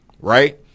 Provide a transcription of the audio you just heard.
right